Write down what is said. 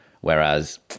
Whereas